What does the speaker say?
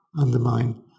undermine